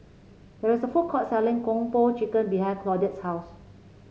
there is a food court selling Kung Po Chicken behind Claudette's house